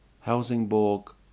Helsingborg